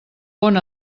bon